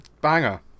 banger